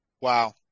Wow